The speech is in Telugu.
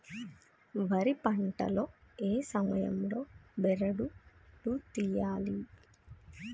వరి పంట లో ఏ సమయం లో బెరడు లు తియ్యాలి?